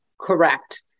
Correct